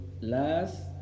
last